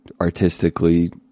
artistically